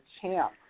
champ